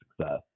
success